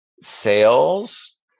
sales